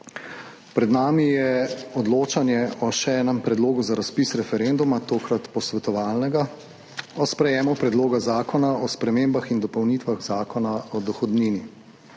Pred nami je odločanje o še enem predlogu za razpis referenduma, tokrat posvetovalnega, o sprejemu Predloga zakona o spremembah in dopolnitvah Zakona o dohodnini.